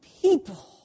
people